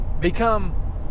become